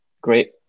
great